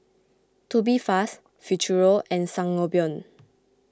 Tubifast Futuro and Sangobion